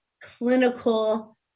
clinical